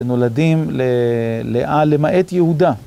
נולדים למעט יהודה.